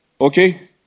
Okay